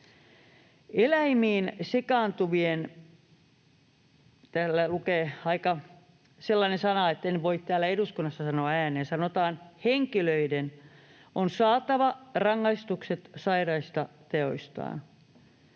ääneen — sanotaan, henkilöiden on saatava rangaistukset sairaista teoistaan.